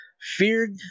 feared